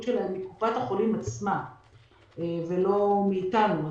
שלהם מקופת החולים עצמה ולא מאיתנו.